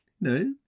No